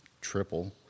triple